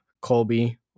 Colby